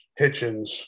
Hitchens